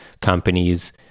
companies